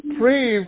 pray